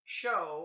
show